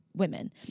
women